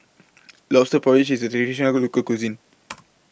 Lobster Porridge IS A Traditional Local Cuisine